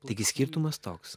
taigi skirtumas toks